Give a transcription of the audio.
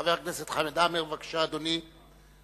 חבר הכנסת חמד עמאר, בבקשה, אדוני.